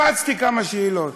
הרצתי כמה שאלות,